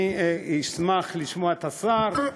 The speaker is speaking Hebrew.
אני אשמח לשמוע את השר.